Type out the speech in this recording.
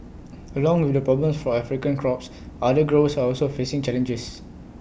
along with the problems for African crops other growers are also facing challenges